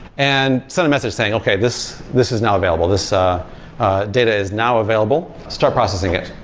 and send a message saying, okay, this this is now available. this ah ah data is now available. start processing it.